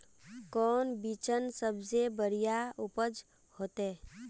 कौन बिचन सबसे बढ़िया उपज होते?